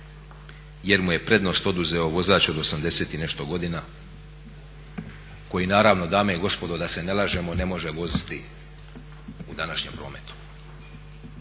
jer mu je prednost oduzeo vozač od 80 i nešto godina koji naravno dame i gospodo da se ne lažemo ne može voziti u današnjem prometu.